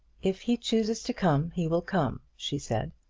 if he chooses to come, he will come, she said.